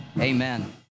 amen